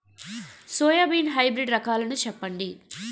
Soybean hybrid రకాలను చెప్పండి?